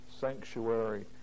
sanctuary